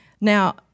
Now